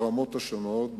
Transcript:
ברמות השונות,